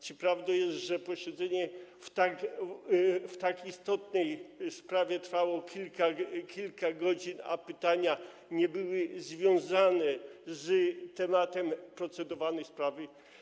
Czy prawdą jest, że posiedzenie w tak istotnej sprawie trwało kilka godzin, a pytania nie były związane z tematem procedowanej sprawy?